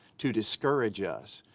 to discourage us,